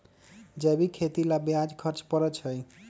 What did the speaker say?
जैविक खेती ला ज्यादा खर्च पड़छई?